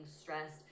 stressed